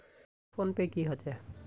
Phone पै की होचे?